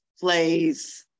plays